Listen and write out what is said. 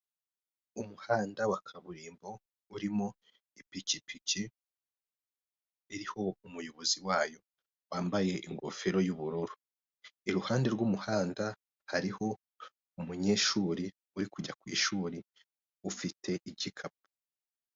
Umuhanda wa kaburimbo urimo ipikipiki iriho umuyobozi wayo wambaye ingofero y'ubururu, iruhande rw'umuhanda hariho umunyeshuri uri kujya ku ishuri ufite igikapu.